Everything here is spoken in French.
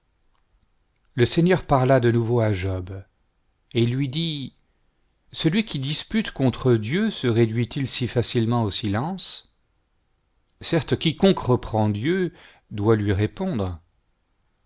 le seigneur parla de nouveau à job et lui dit celui qui dispute contre dieu se réduit-il si facilement au silence certes quiconque reprend dieu doit lui répondre